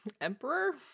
Emperor